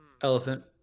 Elephant